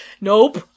Nope